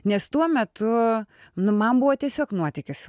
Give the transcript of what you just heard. nes tuo metu nu man buvo tiesiog nuotykis